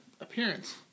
appearance